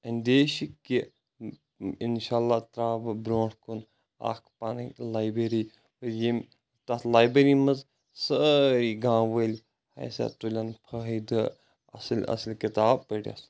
اِندیشہٕ کہِ اِنشاء اَللٰہ ترٛاو بہٕ برٛونٛٹھ کُن اَکھ پَنٕنۍ لابیری یِم تَتھ لابیری منٛز سٲری گام وٲلۍ ہسا تُلَن فٲیدٕ اصٕلۍ اصٕلۍ کِتاب پٕرِتھ